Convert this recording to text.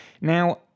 Now